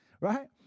right